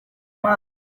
ijana